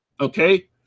okay